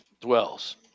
dwells